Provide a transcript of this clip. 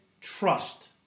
trust